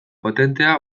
potentea